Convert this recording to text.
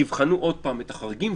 תבחנו עוד פעם את החריגים,